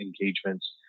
engagements